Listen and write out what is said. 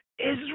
Israel